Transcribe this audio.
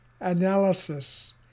analysis